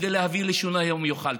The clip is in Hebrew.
כדי להביא לשינוי המיוחל.